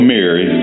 Mary